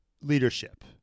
leadership